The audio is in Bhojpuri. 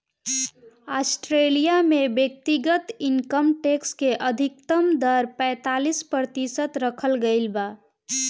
ऑस्ट्रेलिया में व्यक्तिगत इनकम टैक्स के अधिकतम दर पैतालीस प्रतिशत रखल गईल बा